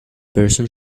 person